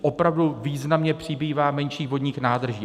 Opravdu významně přibývá menších vodních nádrží.